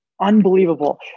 unbelievable